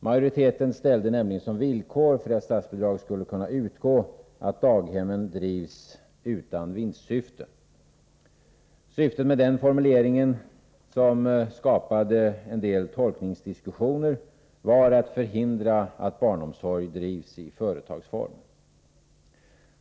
Majoriteten ställde nämligen som villkor för att statsbidrag skulle kunna utgå, att daghemmet drivs ”utan vinstsyfte”. Syftet med den formuleringen, som skapade en del tolkningsdiskussioner, var att förhindra att barnomsorg drivs i företagsform.